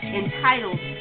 entitled